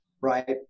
right